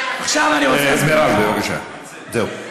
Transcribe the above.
מה, מירב, בבקשה, זהו.